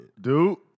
Dude